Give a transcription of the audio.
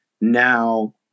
now